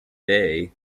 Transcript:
bay